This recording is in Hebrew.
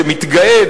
שמתגאה,